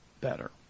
better